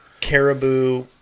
caribou